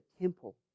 temple